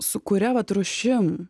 su kuria vat rūšim